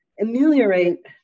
ameliorate